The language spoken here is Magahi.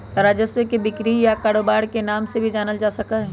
राजस्व के बिक्री या कारोबार के नाम से भी जानल जा हई